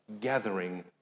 gathering